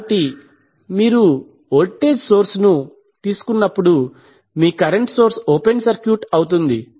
కాబట్టి మీరు voltage source ను తీసుకున్నప్పుడు మీ కరెంట్ సోర్స్ ఓపెన్ సర్క్యూట్ అవుతుంది